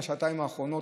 מהשעתיים האחרונות,